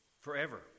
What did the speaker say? forever